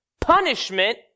punishment